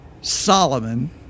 Solomon